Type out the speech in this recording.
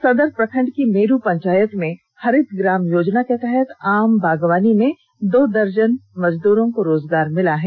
सदर प्रखण्ड की र्मेरू पंचायत में हरित ग्राम योजना के तहत आम बागवानी में दो दर्जन मजदूरों को रोजगार मिला है